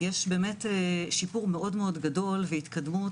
יש שיפור מאוד גדול והתקדמות,